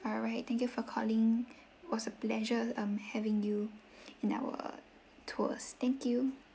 alright thank you for calling it was a pleasure um having you in our tours thank you